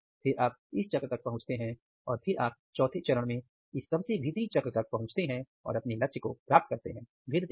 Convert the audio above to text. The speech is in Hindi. फिर आप इस चक्र तक पहुंचते हैं और फिर आप चौथे चरण में इस सबसे भीतरी चक्र तक पहुंचते हैं और अपने लक्ष्य को भेदते हैं